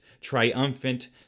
triumphant